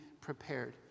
prepared